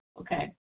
Okay